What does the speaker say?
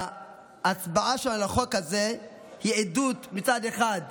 וההצבעה על החוק הזה היא עדות, מצד אחד,